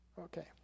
Okay